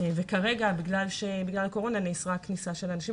וכרגע בגלל הקורונה נאסרה כניסה של אנשים